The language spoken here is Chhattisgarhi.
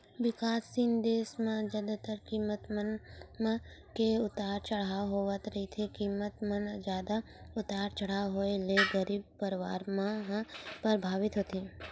बिकाससील देस म जादातर कीमत मन म के उतार चड़हाव होवत रहिथे कीमत म जादा उतार चड़हाव होय ले गरीब परवार मन ह परभावित होथे